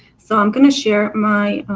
so i am going to share my